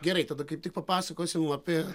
gerai tada kaip tik papasakosim apie